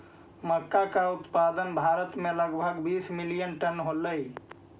मक्का का उत्पादन भारत में लगभग बीस मिलियन टन होलई